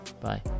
Bye